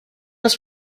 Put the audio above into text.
das